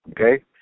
Okay